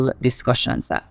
Discussions